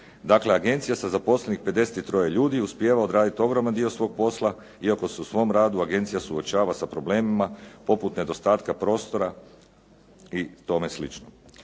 Dakle, agencija sa zaposlenih 53 ljudi uspijeva odraditi ogroman dio svog posla iako se u svom radu agencija suočava sa problemima poput nedostatka prostora i tome slično.